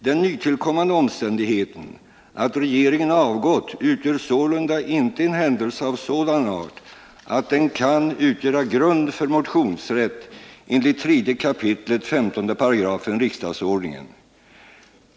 Den nytillkommande omständigheten att regeringen avgått utgör sålunda inte en händelse av sådan art att den kan utgöra grund för motionsrätt enligt 3 kap. 15§ riksdagsordningen.